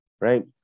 right